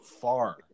far